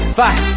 five